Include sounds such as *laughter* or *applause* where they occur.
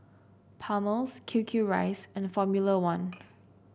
Palmer's Q Q rice and Formula One *noise*